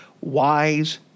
wise